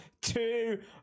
two